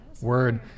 word